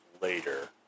later